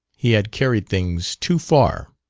he had carried things too far.